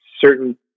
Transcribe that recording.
certain